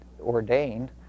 ordained